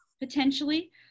potentially